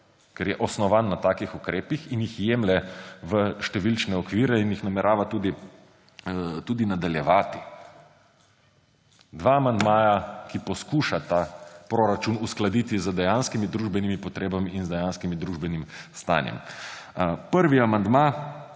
ker je osnovan na takih ukrepih in jih jemlje v številčne okvire in jih namerava tudi nadaljevati. Dva amandmaja, ki poskušata proračun uskladiti z dejanskimi družbenimi potrebami in z dejanskim družbenim stanjem. Prvi amandma